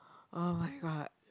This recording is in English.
oh-my-god